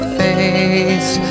face